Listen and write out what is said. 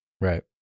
right